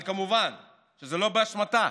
אבל כמובן זה לא באשמתה.